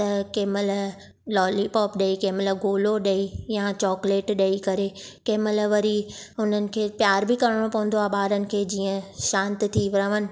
कंहिं महिल लॉलीपोप ॾेई कंहिं महिल गोलो ॾेई या चॉकलेट ॾेई करे के मल वरी हुननि खे प्यार बि करिणो पवंदो आहे ॿारनि खे जीअं शांति थी रहणु